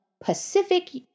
Pacific